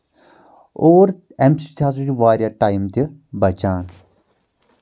اور اَمہِ سۭتۍ ہسا چھُ واریاہ ٹایم تہِ بچان